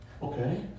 Okay